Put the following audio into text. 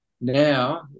now